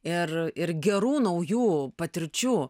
ir ir gerų naujų patirčių